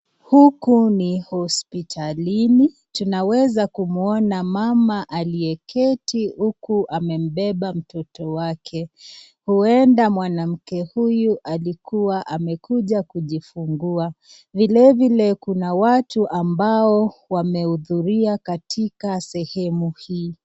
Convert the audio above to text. Huku ni hospitalini tunaweza kumwona mama aliyeketi huku amembeba mtoto wake ,huenda mwanamke huyu alikuwa amekuja kujifungua ,vile vile kuna watu ambao wamehudhuria katika sehemu hii.